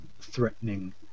threatening